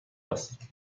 است